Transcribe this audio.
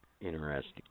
interesting